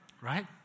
Right